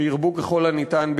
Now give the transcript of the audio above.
שירבו ככל הניתן,